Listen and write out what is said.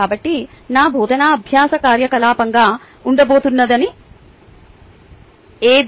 కాబట్టి నా బోధనా అభ్యాస కార్యకలాపంగా ఉండబోతున్నది ఏది